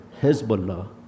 Hezbollah